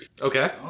Okay